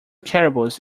caribous